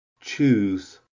choose